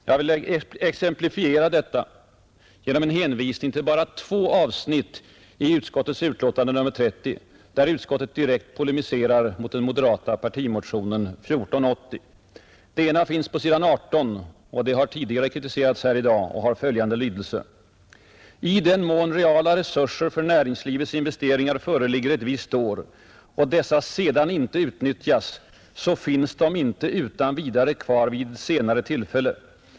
Jag vill exemplifiera detta genom en hänvisning till bara två avsnitt i utskottets betänkande nr 30, där utskottet direkt polemiserar mot den moderata partimotionen 1480. Det ena avsnittet, som finns på s. 18 och som tidigare kritiserats här i dag, har följande lydelse: ”I den mån reala resurser för näringslivets investeringar föreligger ett visst år och dessa sedan inte utnyttjas så finns de inte utan vidare kvar vid ett senare tillfälle.